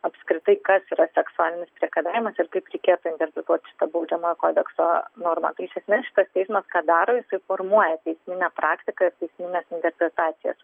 apskritai kas yra seksualinis priekabiavimas ir kaip reikėtų interpretuoti šitą baudžiamojo kodekso normą tai iš esmės šitas teismas ką daro jisai formuoja teisminę praktiką ir teismines interpretacijas